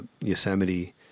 Yosemite